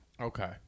Okay